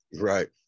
right